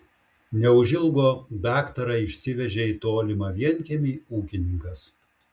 neužilgo daktarą išsivežė į tolimą vienkiemį ūkininkas